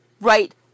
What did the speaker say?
right